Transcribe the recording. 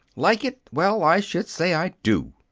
like it! well, i should say i do!